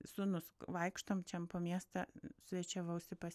sūnus vaikštom čiam po miestą svečiavausi pas